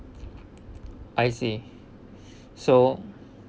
I see so